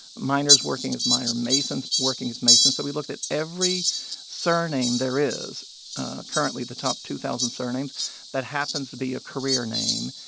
miners working as miners. masons working as masons. so we looked at every surname there is currently the top two thousand surnames that happens to be a career name.